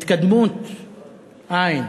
התקדמות אין.